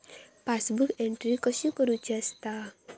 Passbook entry कशी करुची असता?